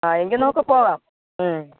ആ എങ്കില് നമുക്കു പോവാം